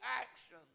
action